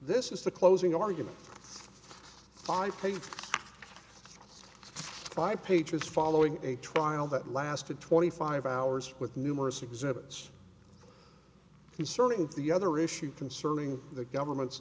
this is the closing argument by page by page as following a trial that lasted twenty five hours with numerous exhibits concerning the other issue concerning the government's